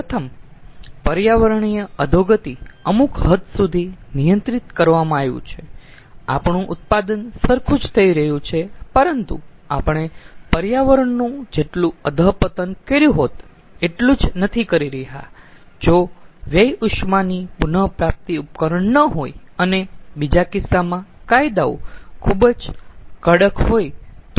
પ્રથમ પર્યાવરણીય અધોગતિ અમુક હદ સુધી નિયંત્રિત કરવામાં આવ્યું છે આપણું ઉત્પાદન સરખું જ થઈ રહ્યું છે પરંતુ આપણે પર્યાવરણનું જેટલું અધપતન કર્યું હોત એટલું જ નથી કરી રહ્યા જો વ્યય ઉષ્માની પુન પ્રાપ્તિ ઉપકરણ ન હોય અને બીજા કિસ્સામાં કાયદાઓ ખુબ જ કડક હોય તો